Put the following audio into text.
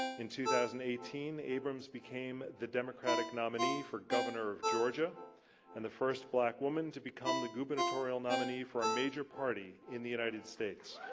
in two thousand and thirteen, abrams became the democratic nominee for governor of georgia and the first black woman to become the gubernatorial nominee for a major party in the united states.